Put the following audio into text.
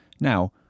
Now